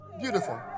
Beautiful